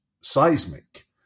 seismic